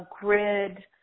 grid